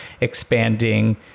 expanding